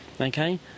okay